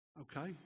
okay